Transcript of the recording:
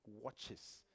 watches